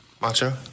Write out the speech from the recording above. Macho